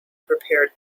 prepared